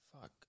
Fuck